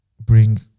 bring